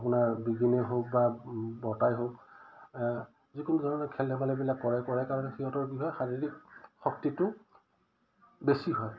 আপোনাৰ বিগিনে হওক বা বতাই হওক যিকোনো ধৰণে খেল ধেমালিবিলাক কৰে কৰে কাৰণে সিহঁতৰ কি হয় শাৰীৰিক শক্তিটো বেছি হয়